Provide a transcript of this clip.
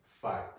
fight